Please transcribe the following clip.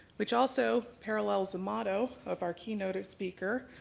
which also parallels the motto of our keynote speaker,